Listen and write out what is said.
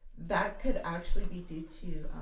that could actually be due to,